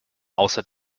außer